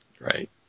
right